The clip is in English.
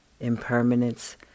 impermanence